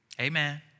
Amen